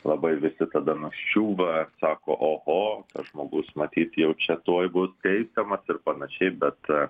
labai visi tada nuščiūva sako oho tas žmogus matyt jaučia tuoj bus teisiamas ir panašiai bet